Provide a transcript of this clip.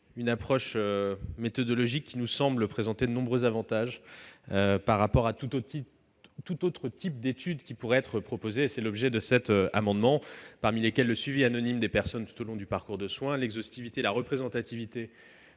une approche méthodologique qui nous semble présenter de nombreux avantages par rapport à tout autre type d'études qui pourrait être proposé. Je pense notamment au suivi anonyme des personnes tout au long du parcours de soins, à la représentativité